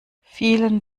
vielen